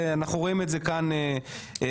ואנחנו רואים את זה כאן בדיון,